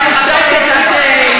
היה כאן שקט עד שהגעתי.